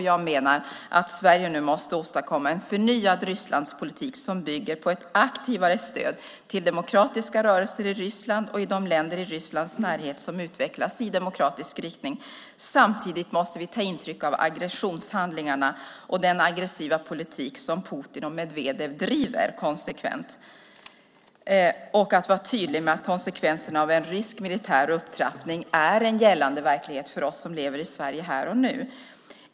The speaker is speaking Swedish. Jag menar att Sverige nu måste åstadkomma en förnyad Rysslandspolitik som bygger på ett aktivare stöd till demokratiska rörelser i Ryssland och i de länder i Rysslands närhet som utvecklas i demokratisk riktning. Samtidigt måste vi ta intryck av aggressionshandlingarna och den aggressiva politik som Putin och Medvedev driver konsekvent och vara tydliga med att konsekvenserna av en rysk militär upptrappning är en gällande verklighet för oss som lever i Sverige här och nu.